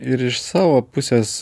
ir iš savo pusės